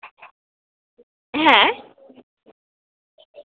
হ্যাঁ